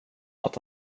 att